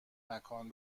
مکان